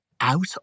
out